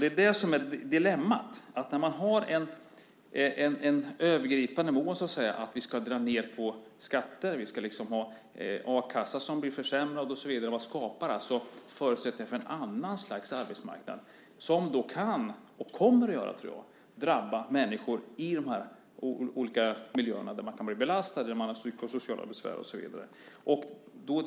Det är det som är dilemmat. Man har ett övergripande mål att man ska dra ned på skatter. A-kassan blir försämrad och så vidare. Detta skapar alltså förutsättningar för ett annan slags arbetsmarknad som kan drabba människor i de här olika miljöerna - så tror jag att det kommer att bli. Man kan få belastningsbesvär eller psykosociala besvär och så vidare.